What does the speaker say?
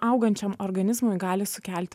augančiam organizmui gali sukelti